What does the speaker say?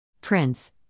prince